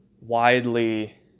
widely